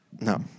No